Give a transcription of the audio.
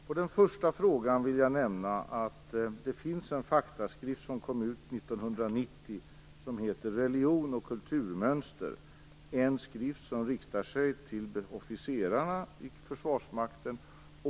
Herr talman! På den sista frågan vill jag nämna att det finns en faktaskrift som kom ut 1990 och som heter Religion och kulturmönster. Det är en skrift som riktar sig till officerarna i försvarsmakten.